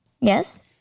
Yes